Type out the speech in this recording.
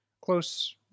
close